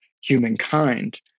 humankind